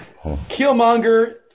Killmonger